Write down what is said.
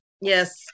Yes